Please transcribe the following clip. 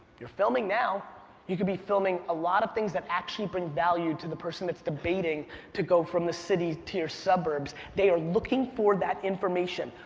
you're filming now you could be filming a lot of things that actually bring value to the person that's debating to go from the city to your suburbs, they are looking for that information,